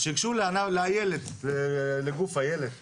אז, שייגשו לאיילת, לגוף אילת.